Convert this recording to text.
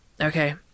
Okay